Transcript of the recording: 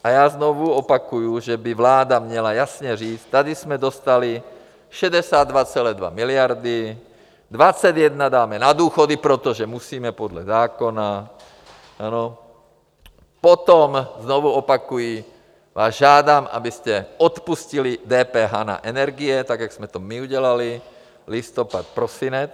A já znovu opakuju, že by vláda měla jasně říct: tady jsme dostali 62,2 miliardy, 21 dáme na důchody, protože musíme podle zákona, ano, potom, znovu opakuji, vás žádám, abyste odpustili DPH na energie, tak jak jsme to my udělali, listopad, prosinec.